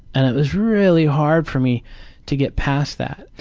and it was really hard for me to get past that.